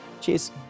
Cheers